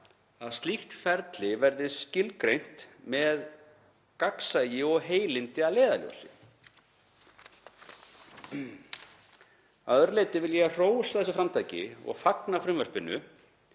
að slíkt ferli verði skilgreint með gagnsæi og heilindi að leiðarljósi. Að öðru leyti vil ég hrósa þessu framtaki og fagna frumvarpinu